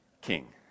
King